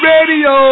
Radio